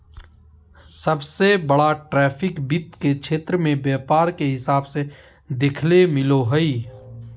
सबसे बड़ा ट्रैफिक वित्त के क्षेत्र मे व्यापार के हिसाब से देखेल मिलो हय